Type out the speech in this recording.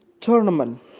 tournament